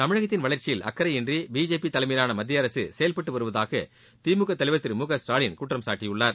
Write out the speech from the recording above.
தமிழகத்தின் வளர்ச்சியில் அக்கறையின்றி பிஜேபி தலைமையிலான மத்திய அரசு செயல்பட்டு வருவதாக திமுக தலைவர் திரு மு க ஸ்டாலின் குற்றம் சாட்டியுள்ளார்